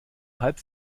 halb